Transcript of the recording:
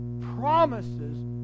promises